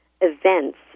events